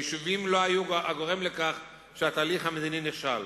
היישובים לא היו הגורם לכך שהתהליך המדיני נכשל,